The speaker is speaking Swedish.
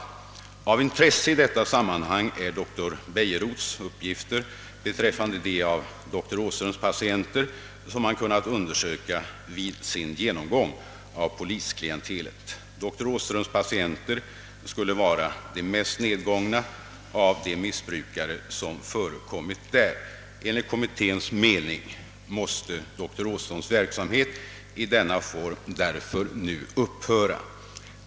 Av intresse i detta sammanhang är dr Bejerots uppgift beträffande de av dr Åhströms patienter, som han kunnat undersöka vid sin genomgång av polisklientelet; dr Åhströms patienter skulle vara de mest nedgångna av de missbrukare som förekommit där. Enligt kommitténs mening måste dr Åhströms verksamhet i denna form därför nu upphöra.